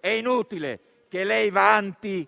è inutile che lei vanti